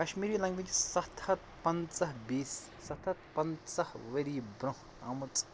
Kashmiri language چھِ سَتھ ہَتھ پنٛژاہ بیٚیِس سَتھ ہَتھ پنٛژاہ ؤری برٛونٛہہ آمٕژ